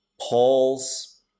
Paul's